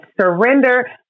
surrender